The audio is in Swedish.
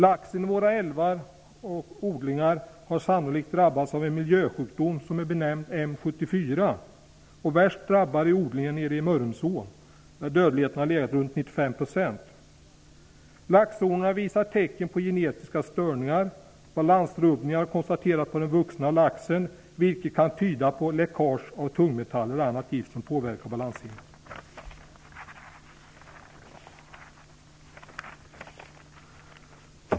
Laxen i våra älvar och odlingar har sannolikt drabbats av en miljösjukdom, som benämns M 74. Värst drabbad är odlingen nere i Mörrumsån, där dödligheten har legat runt 95 %. Laxhonorna visar tecken på genetiska störningar. Balansrubbningar har konstaterats på den vuxna laxen, vilket kan tyda på läckage av tungmetaller eller annat gift som påverkar balanssinnet.